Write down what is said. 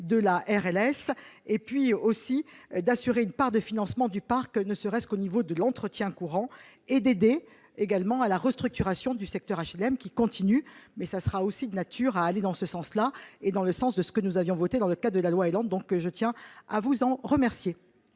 de la RLS et puis aussi d'assurer une part de financement du parc ne serait-ce qu'au niveau de l'entretien courant et d'aider également à la restructuration du secteur HLM qui continue, mais ça sera aussi de nature à aller dans ce sens-là et dans le sens de ce que nous avions voté dans le cas de la loi est lente, donc je tiens à vous en remercier.